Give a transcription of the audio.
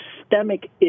systemic